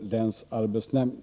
länsarbetsnämnderna.